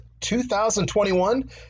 2021